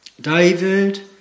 David